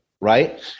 right